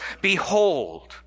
Behold